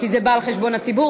כי זה בא על-חשבון הציבור.